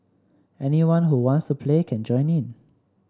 anyone who wants to play can join in